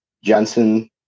Jensen